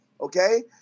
Okay